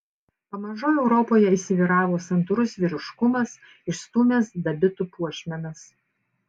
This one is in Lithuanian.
pamažu europoje įsivyravo santūrus vyriškumas išstūmęs dabitų puošmenas